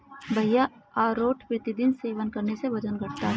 भैया अरारोट प्रतिदिन सेवन करने से वजन घटता है